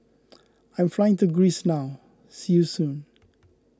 I am flying to Greece now see you soon